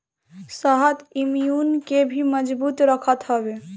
शहद इम्यून के भी मजबूत रखत हवे